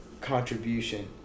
contribution